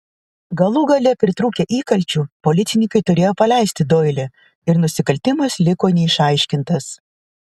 galų gale pritrūkę įkalčių policininkai turėjo paleisti doilį ir nusikaltimas liko neišaiškintas